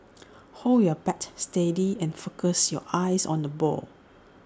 hold your bat steady and focus your eyes on the ball